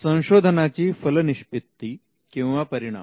संशोधनाची फलनिष्पत्ती किंवा परिणाम